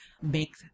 make